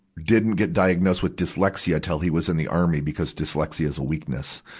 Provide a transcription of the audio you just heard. didn't get diagnosed with dyslexia until he was in the army because dyslexia is a weakness.